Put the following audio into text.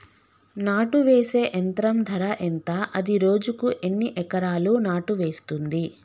నాటు వేసే యంత్రం ధర ఎంత? అది రోజుకు ఎన్ని ఎకరాలు నాటు వేస్తుంది?